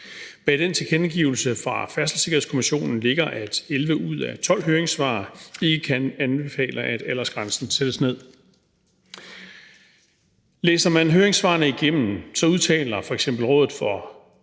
Bag den tilkendegivelse fra Færdselssikkerhedskommissionen ligger, at 11 ud af 12 høringssvar ikke kan anbefale, at aldersgrænsen sættes ned. I høringssvarene udtaler f.eks. Rådet for